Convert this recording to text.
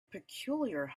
peculiar